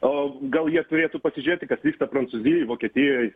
o gal jie turėtų pasižiūrėti kas vyksta prancūzijoj vokietijoj